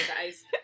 guys